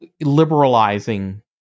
liberalizing